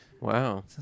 Wow